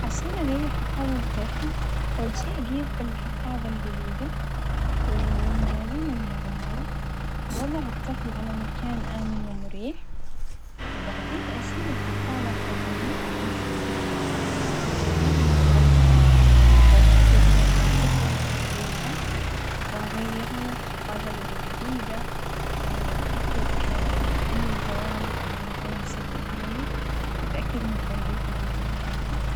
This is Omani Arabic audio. عشان أغير حفاظة لطفل، أول شي أجيب الحفاظة الجديدة والمناديل المبللة وأظع الطفل على مكان آمن ومريح وبعدين أشيل الحفاظة القديمة وأمسح بال مناديل المبللة، وأتأكد أنه المنطقة نظيفة وأغيرله الحفاظة الجديدة وأتأكد أنه الجوانب مغلوقين بشكل آمن، وأتأكد من تنظيف اليدين بعدين أنت.